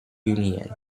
union